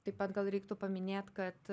taip pat gal reiktų paminėt kad